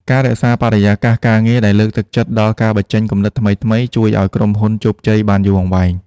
ការរក្សាបរិយាកាសការងារដែលលើកទឹកចិត្តដល់ការបញ្ចេញគំនិតថ្មីៗជួយឱ្យក្រុមហ៊ុនជោគជ័យបានយូរអង្វែង។